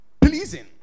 pleasing